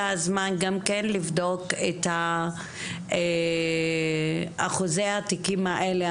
כן לבדוק את אחוזי התיקים האלה.